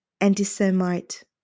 anti-Semite